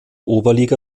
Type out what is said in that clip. oberliga